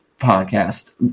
podcast